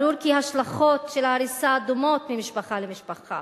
ברור כי ההשלכות של ההריסה דומות במשפחה ומשפחה.